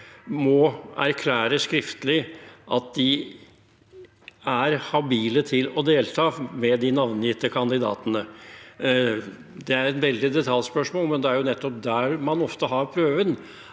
må erklære skriftlig at de er habile til å delta, med de navngitte kandidatene? Det er et veldig detaljspørsmål, men det er jo nettopp der man ofte har prøven.